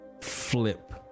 flip